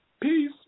Peace